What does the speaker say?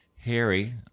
Harry